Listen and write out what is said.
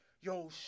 yo